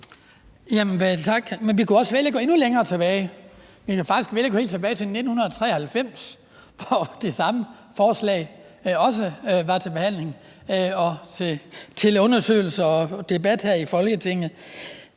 vi kunne også vælge at gå endnu længere tilbage. Vi kan faktisk vælge at gå helt tilbage til 1993, hvor det samme forslag også var til behandling og til undersøgelse og debat her i Folketinget.